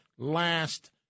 last